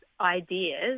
ideas